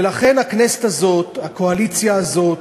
ולכן, הכנסת הזאת, הקואליציה הזאת,